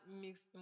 mixed